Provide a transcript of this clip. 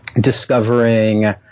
discovering